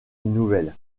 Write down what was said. nouvelle